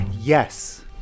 Yes